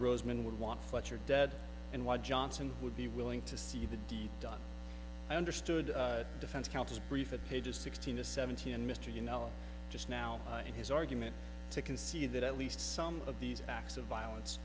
roseman would want fletcher dead and what johnson would be willing to see the deed done understood defense counsel brief at pages sixteen to seventeen mr you know just now in his argument to concede that at least some of these acts of violence